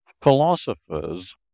Philosophers